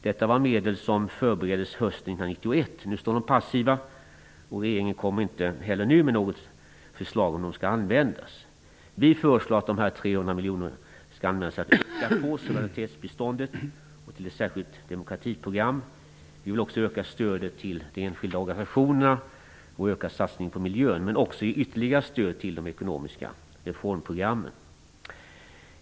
Detta var medel som förbereddes hösten 1991. Nu står de passiva, och regeringen kommer inte heller nu med något förslag om hur de skall användas. Vi föreslår att dessa 300 miljoner skall används till att öka suveränitetsbiståndet och till ett särskilt demokratiprogram. Vi vill också öka stödet till de enskilda organisationerna och öka satsningen på miljön. Men vi vill också ge ytterligare stöd till de ekonomiska reformprogrammen.